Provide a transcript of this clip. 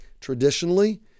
Traditionally